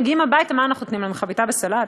מגיעים הביתה, מה אנחנו נותנים להם, חביתה וסלט?